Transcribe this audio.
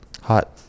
Hot